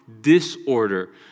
disorder